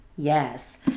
Yes